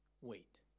wait